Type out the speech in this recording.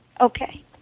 Okay